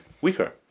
weaker